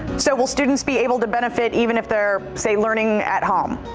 so will students be able to benefit even if there say learning at home.